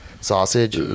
Sausage